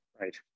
right